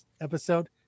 episode